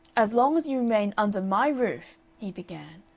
as long as you remain under my roof he began,